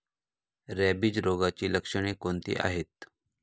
Rabies रोगाची लक्षणे कोणती आहेत?